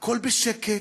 והכול בשקט,